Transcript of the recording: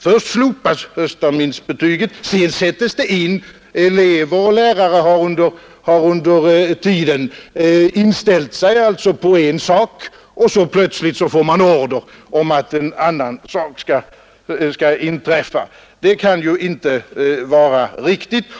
Först slopas höstterminsbetyget. Sedan sätts det in. Elever och lärare har under tiden inställt sig på en ordning. Så får man plötsligt order att en annan ordning skall gälla. Det kan ju inte vara riktigt.